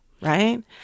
Right